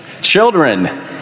Children